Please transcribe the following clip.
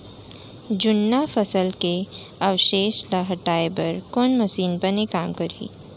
जुन्ना फसल के अवशेष ला हटाए बर कोन मशीन बने काम करही?